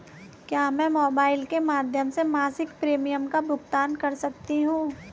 क्या मैं मोबाइल के माध्यम से मासिक प्रिमियम का भुगतान कर सकती हूँ?